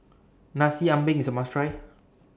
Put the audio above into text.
Nasi Ambeng IS A must Try